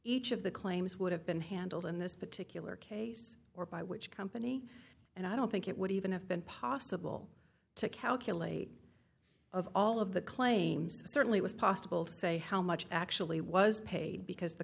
each of the claims would have been handled in this particular case or by which company and i don't think it would even have been possible to calculate of all of the claims certainly was possible to say how much actually was paid because the